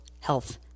health